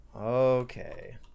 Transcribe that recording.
Okay